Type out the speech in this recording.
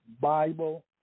Bible